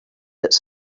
its